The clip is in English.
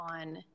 on